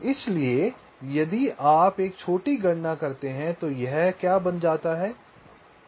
इसलिए यदि आप एक छोटी गणना करते हैं तो यह बन जाता है